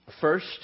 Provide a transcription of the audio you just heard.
First